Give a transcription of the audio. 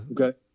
Okay